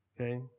okay